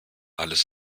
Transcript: alles